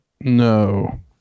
No